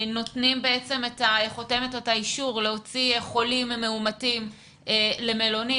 נותנים את החותמת או את האישור להוציא חולים מאומתים למלונית.